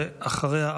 ואחריה,